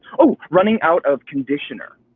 running out of conditioner.